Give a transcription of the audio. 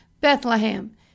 Bethlehem